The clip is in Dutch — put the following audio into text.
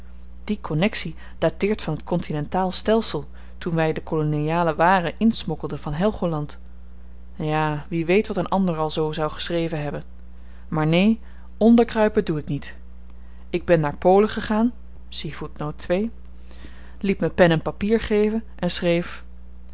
die konnexie dateert van t kontinentaal stelsel toen wy dekoloniale waren insmokkelden van helgoland ja wie weet wat n ander al zoo zou geschreven hebben maar neen onderkruipen doe ik niet ik ben naar polen gegaan liet me pen en papier geven en schreef